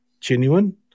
genuine